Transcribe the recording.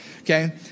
Okay